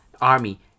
army